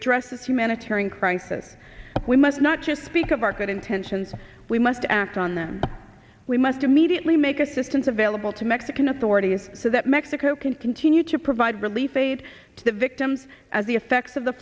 es humanitarian crisis we must not just speak of our good intentions we must act on them we must immediately make assistance available to mexican authorities so that mexico can continue to provide relief aid to the victims as the effects of the